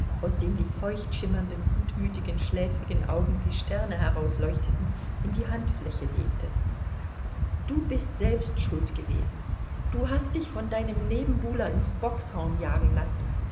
aus dem die feucht schimmernden gutmütigen schläfrigen augen wie sterne herausleuchteten in die handfläche legte du bist selbst schuld gewesen du hast dich von deinem nebenbuhler ins bockshorn jagen lassen